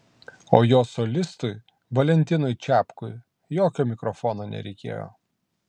o jo solistui valentinui čepkui jokio mikrofono nereikėjo